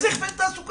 איזה הכוון תעסוקה?